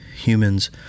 humans